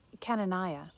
Cananiah